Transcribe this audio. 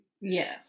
Yes